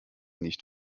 nicht